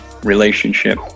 relationship